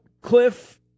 Cliff